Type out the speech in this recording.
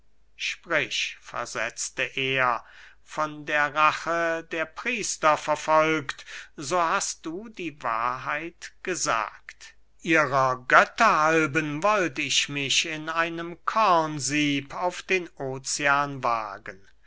sprich versetzte er von der rache der priester verfolgt so hast du die wahrheit gesagt ihrer götter halben wollt ich mich in einem kornsieb auf den ocean wagen